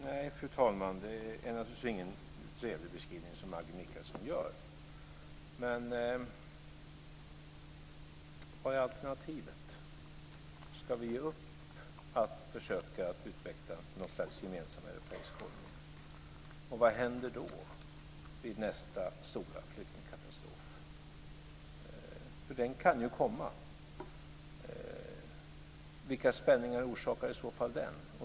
Fru talman! Nej, det är naturligtvis ingen trevlig beskrivning som Maggi Mikaelsson gör. Men vad är alternativet? Ska vi ge upp att försöka utveckla något slags gemensam europeisk hållning? Vad händer då vid nästa stora flyktingkatastrof? För den kan ju komma. Vilka spänningar orsakar i så fall den?